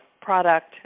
product